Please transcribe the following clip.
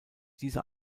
dieser